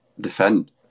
defend